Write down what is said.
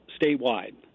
statewide